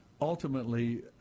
ultimately